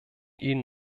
ihnen